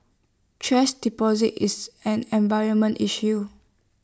thrash deposit is an environmental issue